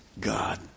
God